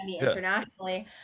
internationally